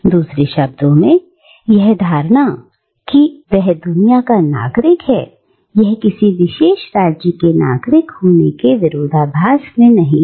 दूसरे शब्दों में यह धारणा कि वह दुनिया का नागरिक है यह किसी विशेष राज्य के नागरिक होने के विरोधाभास में नहीं हैं